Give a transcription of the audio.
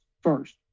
first